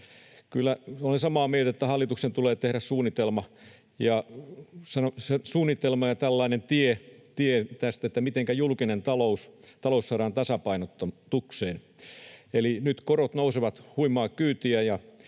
Kyllä olen samaa mieltä, että hallituksen tulee tehdä suunnitelma ja tällainen tie tästä, mitenkä julkinen talous saadaan tasapainotukseen. Eli nyt korot nousevat huimaa kyytiä